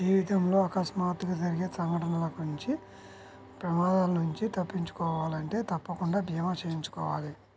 జీవితంలో అకస్మాత్తుగా జరిగే సంఘటనల నుంచి ప్రమాదాల నుంచి తప్పించుకోవాలంటే తప్పకుండా భీమా చేయించుకోవాలి